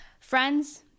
Friends